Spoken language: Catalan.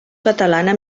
catalana